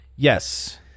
Yes